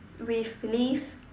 with leaves